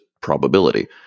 probability